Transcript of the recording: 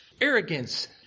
arrogance